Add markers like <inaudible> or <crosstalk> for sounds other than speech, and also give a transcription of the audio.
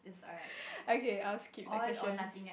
<breath> okay I will skip that question